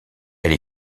elle